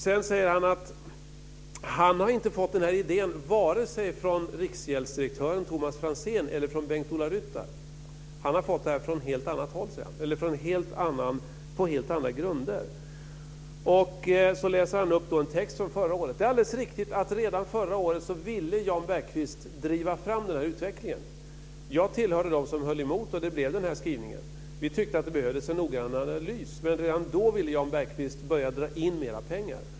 Sedan säger Jan Bergqvist att han inte har fått den här idén vare sig från Riksgäldsdirektören Thomas Franzén eller från Begt-Ola Ryttar. Han har fått den på helt andra grunder. Så läser han upp en text från förra året. Det är alldeles riktigt att redan förra året ville Jan Bergqvist driva fram den här utvecklingen. Jag tillhörde dem som höll emot, och då blev det den här skrivningen. Vi tyckte att det behövdes en noggrannare analys. Men redan då ville Jan Bergqvist börja dra in mera pengar.